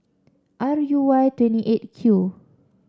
R U Y twenty Eight Q